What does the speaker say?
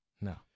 no